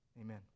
Amen